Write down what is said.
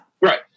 Right